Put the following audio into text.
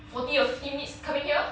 forty or fifty minutes coming here